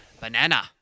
Banana